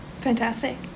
Fantastic